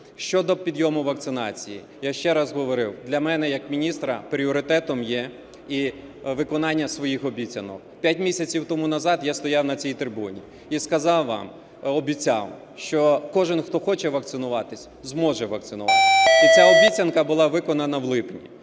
Щодо підйому вакцинації. Я ще раз говорю, для мене як міністра пріоритетом є виконання своїх обіцянок. П'ять місяців тому назад я стояв на цій трибуні і сказав вам, обіцяв, що кожен, хто хоче вакцинуватись, зможе вакцинуватись. І ця обіцянка була виконана в липні.